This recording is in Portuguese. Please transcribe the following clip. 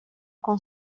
com